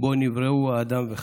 שבו נבראו אדם וחווה.